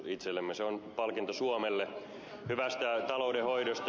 se on palkinto suomelle hyvästä taloudenhoidosta